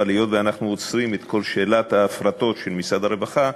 אבל היות שאנחנו עוצרים את כל שאלת ההפרטות של משרד הרווחה,